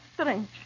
strange